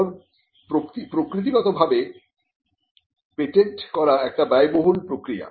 কারণ প্রকৃতিগতভাবে পেটেন্ট করা একটি ব্যয়বহুল প্রক্রিয়া